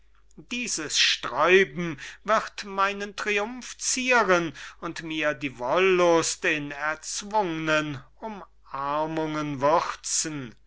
dieses sträuben wird meinen triumph zieren und mir die wohllust in erzwungenen umarmungen würzen